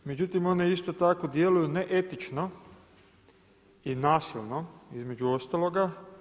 Međutim, one isto tako djeluju neetično i nasilno između ostaloga.